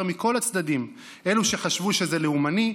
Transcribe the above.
מכל הצדדים: אלה שחשבו שזה לאומני,